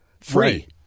free